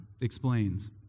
explains